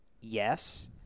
Yes